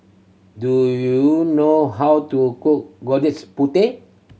do you know how to cook putih